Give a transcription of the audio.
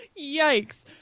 Yikes